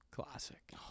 classic